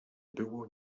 było